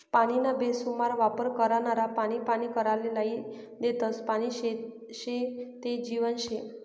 पानीना बेसुमार वापर करनारा पानी पानी कराले लायी देतस, पानी शे ते जीवन शे